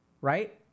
Right